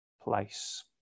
place